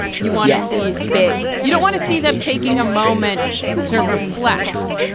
you want to see big you don't want to see them taking a moment to reflect.